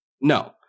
no